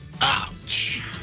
Ouch